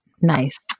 Nice